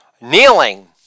Kneeling